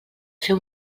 fer